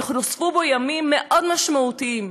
נוספו בו ימים מאוד משמעותיים,